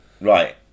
right